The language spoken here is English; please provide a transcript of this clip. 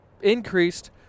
increased